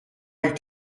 eut